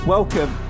Welcome